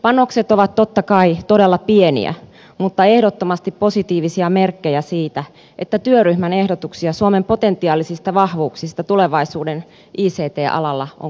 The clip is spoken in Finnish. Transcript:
panokset ovat totta kai todella pieniä mutta ehdottomasti positiivisia merkkejä siitä että työryhmän ehdotuksia suomen potentiaalisista vahvuuksista tulevaisuuden ict alalla on kuultu